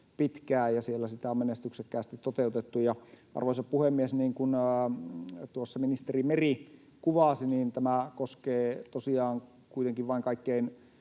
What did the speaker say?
pitkään, ja siellä sitä on menestyksekkäästi toteutettu. Arvoisa puhemies! Niin kuin tuossa ministeri Meri kuvasi, tämä koskee tosiaan kuitenkin vain kaikkein